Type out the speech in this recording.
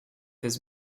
his